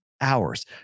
hours